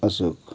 Ashok